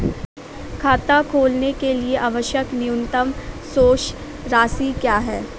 खाता खोलने के लिए आवश्यक न्यूनतम शेष राशि क्या है?